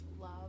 love